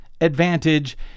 advantage